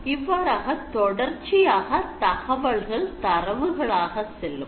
இவ்வாறாக தொடர்ச்சியாக தகவல்கள் தரவுகளாக செல்லும்